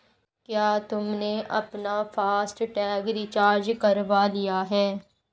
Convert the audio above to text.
क्या तुमने अपना फास्ट टैग रिचार्ज करवा लिया है?